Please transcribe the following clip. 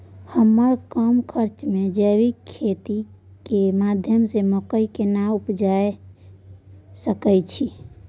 हम कम खर्च में जैविक खेती के माध्यम से मकई केना उपजा सकेत छी?